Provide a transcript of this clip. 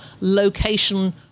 location